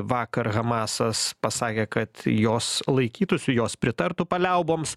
vakar hamasas pasakė kad jos laikytųsi jos pritartų paliauboms